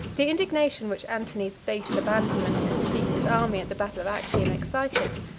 the indignation which antony's base abandonment of his fleet and army at the battle of actium excited,